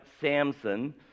Samson